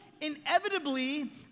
Inevitably